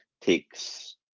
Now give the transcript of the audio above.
takes